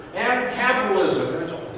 and capitalism.